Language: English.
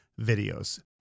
videos